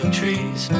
trees